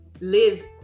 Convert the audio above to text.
live